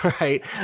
right